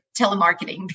telemarketing